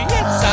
Yes